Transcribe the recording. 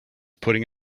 putting